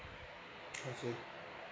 I see